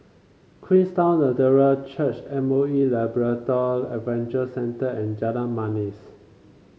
Queenstown Lutheran Church M O E Labrador Adventure Center and Jalan Manis